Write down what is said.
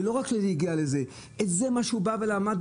ולא רק שהוא הגיע לזה, זה מה שהוא אמר במליאה.